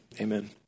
Amen